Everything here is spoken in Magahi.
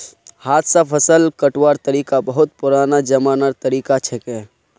हाथ स फसल कटवार तरिका बहुत पुरना जमानार तरीका छिके